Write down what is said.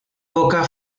boca